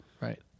right